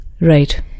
Right